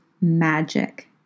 magic